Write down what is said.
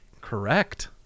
correct